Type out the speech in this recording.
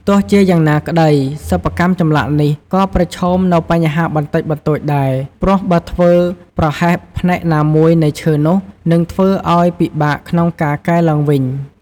ទោះជាយ៉ាងណាក្តី សិប្បកម្មចម្លាក់នេះ ក៏ប្រឈមនូវបញ្ហាបន្តិចបន្តួចដែរ ព្រោះបើធ្វើប្រហែសផ្នែកណាមួយនៃឈើនោះ នឹងធ្វើឲ្យពិបាកក្នុងការកែឡើងវិញ។